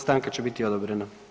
Stanka će biti odobrena.